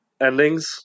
endings